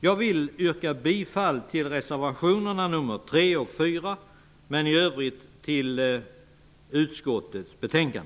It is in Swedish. Jag vill yrka bifall till reservationerna nr 3 och nr 4 och i övrigt till utskottets hemställan.